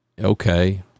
Okay